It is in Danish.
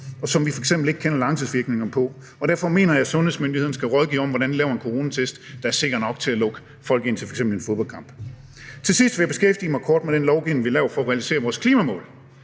som vi f.eks. ikke kender langtidsvirkningerne af, i kroppen. Derfor mener jeg, at sundhedsmyndighederne skal rådgive om, hvordan man laver en coronatest, der er sikker nok til at lukke folk ind til f.eks. en fodboldkamp. Til sidst vil jeg beskæftige mig kort med den lovgivning, vi laver for at realisere vores klimamål.